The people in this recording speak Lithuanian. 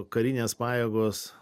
karinės pajėgos